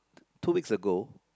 two weeks ago